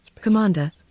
commander